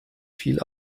viel